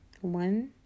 One